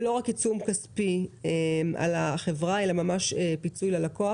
ולא רק עיצום כספי על החברה אלא ממש פיצוי ללקוח.